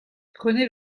prenez